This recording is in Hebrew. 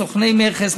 סוכני מכס,